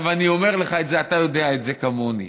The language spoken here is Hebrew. אני אומר לך, ואתה יודע את זה כמוני: